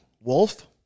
wolf